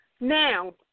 Now